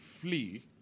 flee